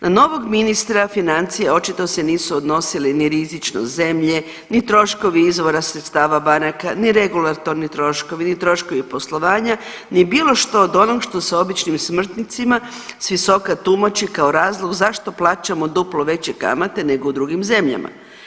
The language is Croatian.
Na novog ministra financija očito se nisu odnosili ni rizičnost zemlje, ni troškovi izvora sredstava banaka, ni regulatorni troškovi, ni troškovi poslovanja, ni bilo što od onog što se običnim smrtnicima s visoka tumači kao razlog zašto plaćamo duplo veće kamate nego u drugim zemljama.